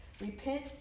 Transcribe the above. Repent